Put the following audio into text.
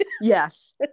Yes